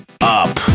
up